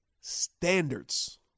Standards